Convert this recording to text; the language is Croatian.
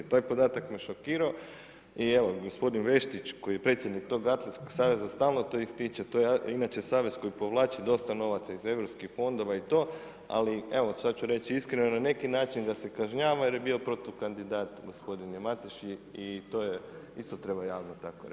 Taj podatak me šokirao i evo gospodin Veštić koji je predsjednik tog Atletskog saveza stalno to ističe, to je inače savez koji povlači dosta novaca iz europskih novaca i to, ali evo sada ću reći iskreno na neki način ga se kažnjava jer je bio protukandidat gospodinu Mateši i to isto treba javno tako reći.